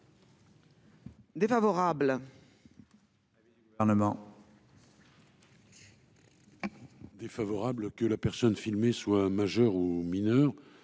Défavorable.